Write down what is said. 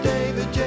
David